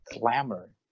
glamour